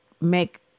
make